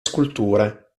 sculture